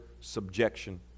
subjection